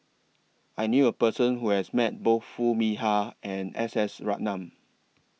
I knew A Person Who has Met Both Foo Mee Har and S S Ratnam